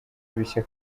bishya